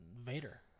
Vader